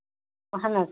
اَہن حظ